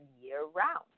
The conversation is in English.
year-round